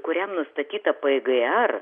kuriam nustatyta pgr